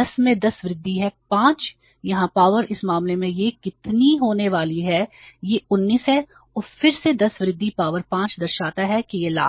10 में 10 वृद्धि है 5 यहाँ पावर इस मामले में यह कितनी होने वाली है यह 19 है और फिर से 10 वृद्धि पावर 5 दर्शाता है कि यह लाख है